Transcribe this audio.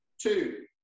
Two